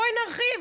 בואי נרחיב,